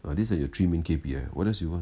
well this are your three K_P_I what else you want